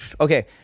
Okay